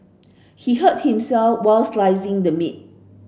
he hurt himself while slicing the meat